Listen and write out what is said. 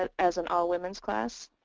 ah as an all-women's class.